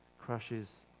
crushes